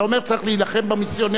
אתה אומר: צריך להילחם במיסיונריות.